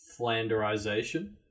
flanderization